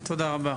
רבה.